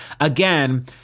Again